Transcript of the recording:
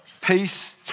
peace